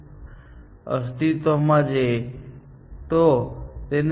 ચાલો કહીએ કે અમારી પાસે તેમાં ફક્ત એક જ દરવાજો છે અને ચાલો માની લઈએ કે અમારી પાસે બારી છે